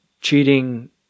Cheating